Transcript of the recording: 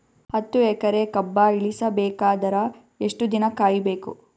ಹತ್ತು ಎಕರೆ ಕಬ್ಬ ಇಳಿಸ ಬೇಕಾದರ ಎಷ್ಟು ದಿನ ಕಾಯಿ ಬೇಕು?